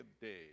day